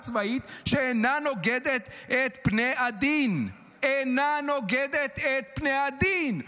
צבאית שאינה נוגדת על פניה את הדין" אינה נוגדת על פניה את הדין.